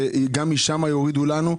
שגם משם יורידו לנו,